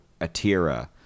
atira